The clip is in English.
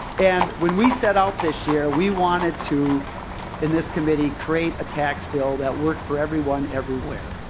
and when we set out this year we wanted to in this committee create a tax bill that works for everyone everywhere.